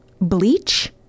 bleach